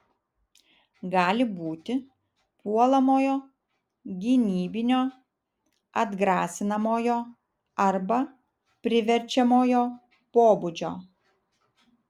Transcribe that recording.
gali būti puolamojo gynybinio atgrasinamojo arba priverčiamojo pobūdžio